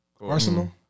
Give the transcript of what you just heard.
Arsenal